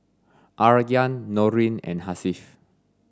Aryan Nurin and Hasif